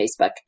Facebook